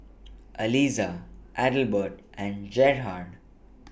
Alissa Adelbert and Gerhard